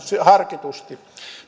harkitusti